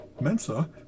Mensa